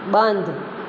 બંધ